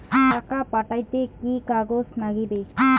টাকা পাঠাইতে কি কাগজ নাগীবে?